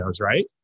right